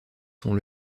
sont